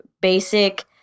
basic